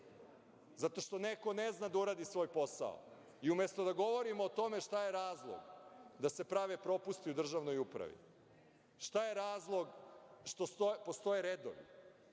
zato što neko ne zna da uradi svoj posao. Umesto da govorimo o tome šta je razlog da se prave propusti u državnoj upravi, šta je razlog što postoje redovi,